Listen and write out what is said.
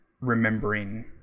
remembering